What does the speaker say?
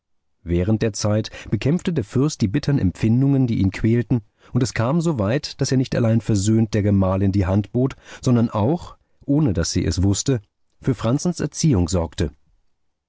während der zeit bekämpfte der fürst die bittern empfindungen die ihn quälten und es kam so weit daß er nicht allein versöhnt der gemahlin die hand bot sondern auch ohne daß sie es wußte für franzens erziehung sorgte